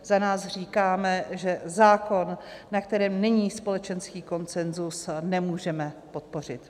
Za nás říkáme, že zákon, na kterém není společenský konsenzus, nemůžeme podpořit.